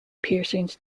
piercings